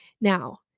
Now